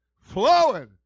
flowing